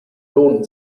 lohnen